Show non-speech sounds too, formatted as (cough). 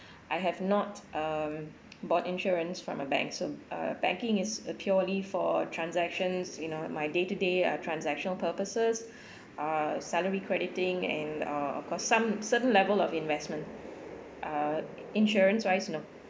I have not um bought insurance from a bank so uh banking is uh purely for transactions you know my day to day uh transactional purposes (breath) uh salary crediting and uh of course some certain level of investment uh insurance vice no